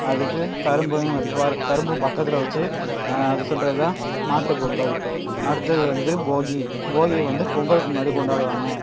அதுக்கு கரும்பையும் பாரு கரும்பும் பக்கத்தில் வச்சு அதை சொல்கிறது தான் மாட்டுப் பொங்கல் அடுத்தது வந்து போகி போகி வந்து பொங்கலுக்கு முன்னாடி கொண்டாடுவாங்க